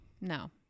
no